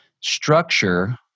structure